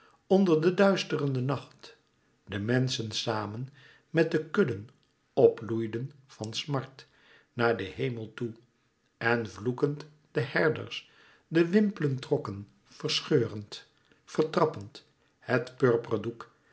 onder de duisterende nacht de menschen samen met de kudden p loeiden van smart naar den hemel toe en vloekend de herders de wimpelen trokken verscheurend vertrappend het